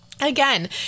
again